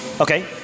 Okay